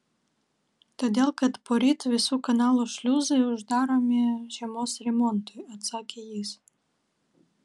todėl kad poryt visų kanalų šliuzai uždaromi žiemos remontui atsakė jis